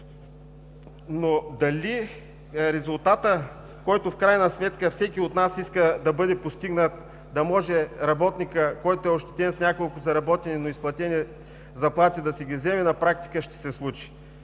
обаче резултатът, който в крайна сметка всеки от нас иска да бъде постигнат – да може ощетеният работник с няколко заработени, но неизплатени заплати, да си ги вземе, на практика ще се случи?